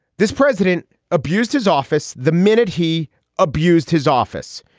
this president abused his office. the minute he abused his office,